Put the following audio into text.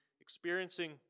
experiencing